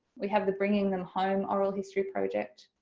we have the bringing them home oral history project,